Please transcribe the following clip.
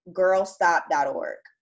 girlstop.org